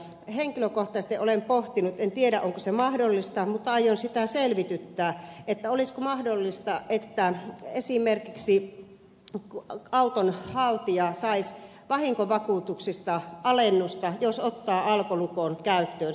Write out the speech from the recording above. henkilökohtaisesti olen pohtinut en tiedä onko se mahdollista mutta aion sitä selvityttää olisiko mahdollista että esimerkiksi auton haltija saisi vahinkovakuutuksista alennusta jos ottaa alkolukon käyttöönsä